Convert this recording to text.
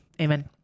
Amen